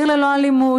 ב"עיר ללא אלימות",